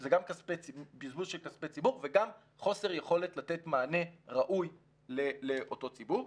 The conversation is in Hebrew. גם בזבוז של כספי ציבור וגם חוסר יכולת לתת מענה ראוי לאותו ציבור.